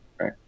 Right